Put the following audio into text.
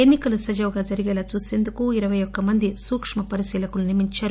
ఎన్సి కలు సజావుగా జరిగేలా చూసేందుకు ఇరవై ఒక్క మంది సూక్క పరిశీలకులను నియమించారు